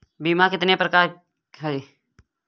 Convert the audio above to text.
बीमे के कितने प्रकार हैं?